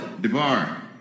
DeBar